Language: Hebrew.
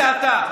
זה אתה.